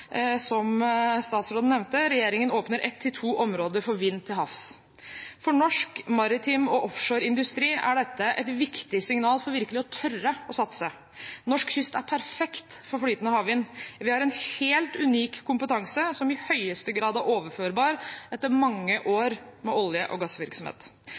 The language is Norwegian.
som statsråden nevnte, åpner regjeringen ett til to områder for vind til havs. For norsk maritim industri og offshoreindustri er dette et viktig signal for virkelig å tore å satse. Norsk kyst er perfekt for flytende havvind. Vi har en helt unik kompetanse som i høyeste grad er overførbar etter mange år med olje- og gassvirksomhet.